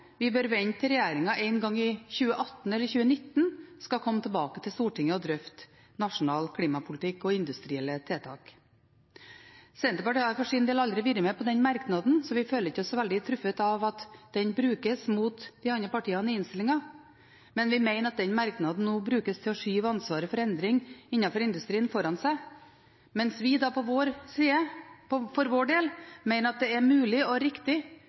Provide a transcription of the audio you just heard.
bør vi vente til regjeringen en gang i 2018 eller 2019 skal komme tilbake til Stortinget og drøfte nasjonal klimapolitikk og industrielle tiltak. Senterpartiet har for sin del ikke vært med på den merknaden, så vi føler oss ikke så veldig truffet av at den i innstillingen brukes mot de andre partiene. Vi mener at merknaden nå brukes til å skyve ansvaret for endring innenfor industrien foran seg. Vi for vår del mener at det er mulig og riktig